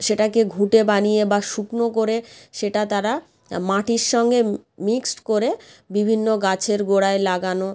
সেটাকে ঘুঁটে বানিয়ে বা শুকনো করে সেটা তারা মাটির সঙ্গে মিক্সড করে বিভিন্ন গাছের গোড়ায় লাগানো